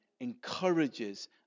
encourages